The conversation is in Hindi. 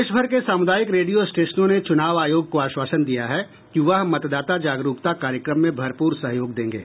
देश भर के सामुदायिक रेडियो स्टेशनों ने चुनाव आयोग को आश्वासन दिया है कि वह मतदाता जागरुकता कार्यक्रम में भरपूर सहयोग देंगे